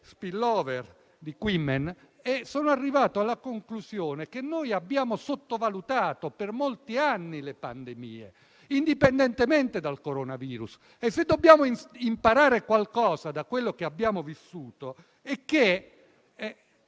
«Spillover» di Quammen e sono arrivato alla conclusione che noi abbiamo sottovalutato per molti anni le pandemie, indipendentemente dal coronavirus. E se dobbiamo imparare qualcosa da ciò che abbiamo vissuto è che